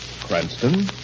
Cranston